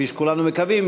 כפי שכולנו מקווים,